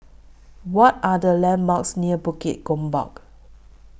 What Are The landmarks near Bukit Gombak